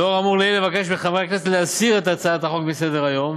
היינו אמורים לבקש מחברי הכנסת להסיר את הצעת החוק מסדר-היום